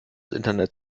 internet